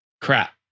crap